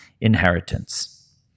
inheritance